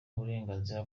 uburenganzira